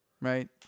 Right